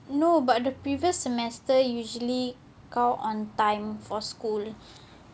no but the previous semester usually kau on time for school